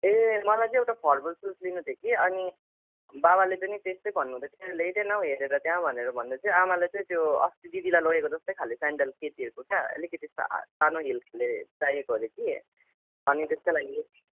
ए मलाई चाहिँ एउटा फर्मल सुज लिनु थियो कि अनि बाबाले पनि त्यस्तै भन्नु हुँदैथ्यो कि ल्याइदे न हौ हेरेर त्यहाँ भनेर भन्दैथियो आमाले चाहिँ त्यो अस्ति दिदीलाई लगेको जस्तैखाले स्यान्डल केटीहरूको क्या अलिकति सानु हिल्सले चाहिएको हरे कि अनि त्यसकै लागि